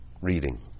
reading